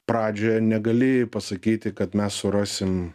pradžioje negali pasakyti kad mes surasim